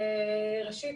ראשית,